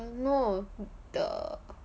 no the